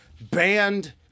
banned